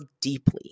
deeply